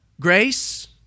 Grace